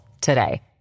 today